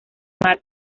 mar